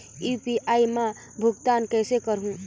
UPI मा भुगतान कइसे करहूं?